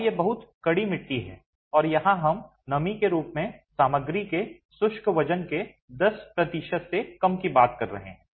और ये बहुत कड़ी मिट्टी हैं और यहां हम नमी के रूप में सामग्री के शुष्क वजन के 10 प्रतिशत से कम की बात कर रहे हैं